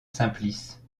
simplice